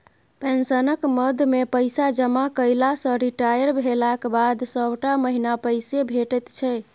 पेंशनक मदमे पैसा जमा कएला सँ रिटायर भेलाक बाद सभटा महीना पैसे भेटैत छै